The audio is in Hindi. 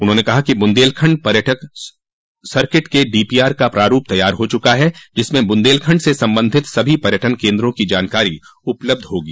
उन्होंने कहा कि बुंदेलखण्ड पर्यटक सर्किट के डीपीआर का प्रारूप तैयार हो चुका है जिसमें बुंदेलखंड से संबंधित सभी पर्यटन केन्द्रों की जानकारी उपलब्ध होगी